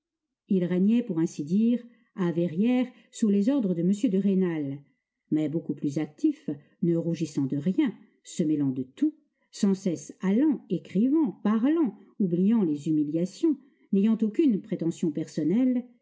il régnait pour ainsi dire à verrières sous les ordres de m de rênal mais beaucoup plus actif ne rougissant de rien se mêlant de tout sans cesse allant écrivant parlant oubliant les humiliations n'ayant aucune prétention personnelle